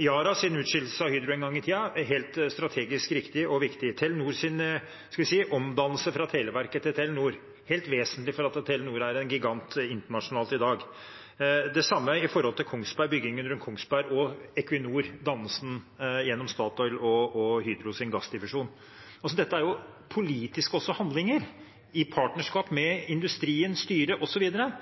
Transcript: Yaras utskillelse fra Hydro en gang i tiden var helt strategisk riktig og viktig. Telenors omdannelse fra Televerket til Telenor var helt vesentlig for at Telenor er en gigant internasjonalt i dag. Det samme for Kongsberg og byggingen rundt Kongsberg og Equinor – dannelsen gjennom Statoil og Hydros gassdivisjon. Dette er også politiske handlinger i partnerskap med industrien, styret